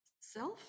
self